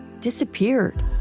disappeared